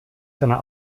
seiner